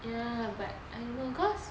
ya but I don't know cause